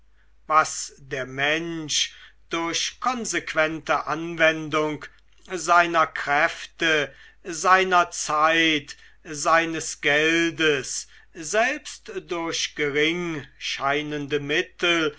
was der mensch durch konsequente anwendung seiner kräfte seiner zeit seines geldes selbst durch gering scheinende mittel